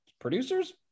producers